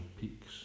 peaks